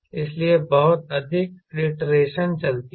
इसलिए बहुत अधिक आईट्रेशन चलती है